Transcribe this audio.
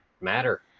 matter